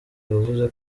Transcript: yavuze